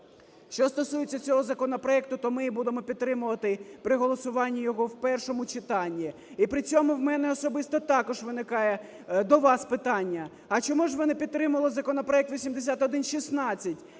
Що стосується цього законопроекту, то ми будемо підтримувати при голосуванні його в першому читанні. І при цьому у мене особисто також виникає до вас питання: а чому ж ви не підтримали законопроект 8116,